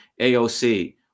AOC